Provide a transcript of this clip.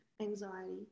anxiety